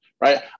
right